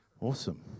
Awesome